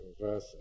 verse